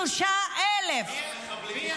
33,000. מי אשם?